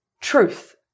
Truth